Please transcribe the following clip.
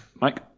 Mike